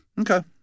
Okay